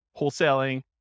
wholesaling